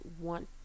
want